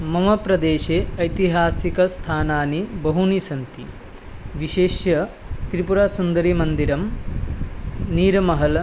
मम प्रदेशे ऐतिहासिकस्थानानि बहूनि सन्ति विशिष्य त्रिपुरसुन्दरीमन्दिरं नीरमहल